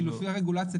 כי לפי הרגולציה,